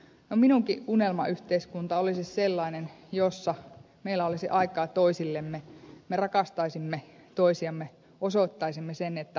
no minunkin unelmayhteiskuntani olisi sellainen jossa meillä olisi aikaa toisillemme me rakastaisimme toisiamme osoittaisimme sen että välitämme